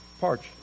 parts